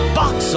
box